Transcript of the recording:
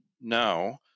now